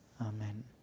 Amen